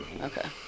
Okay